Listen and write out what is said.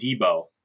Debo